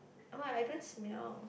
why I don't smell